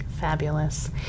Fabulous